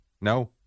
No